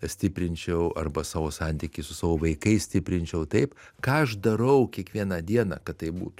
stiprinčiau arba savo santykį su savo vaikais stiprinčiau taip ką aš darau kiekvieną dieną kad tai būtų